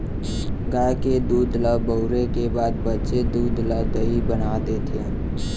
गाय के दूद ल बउरे के बाद बॉंचे दूद ल दही बना देथे